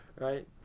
Right